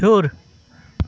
ہیوٚر